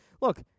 Look